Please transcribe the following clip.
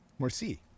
Morsi